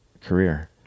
career